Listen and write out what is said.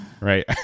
Right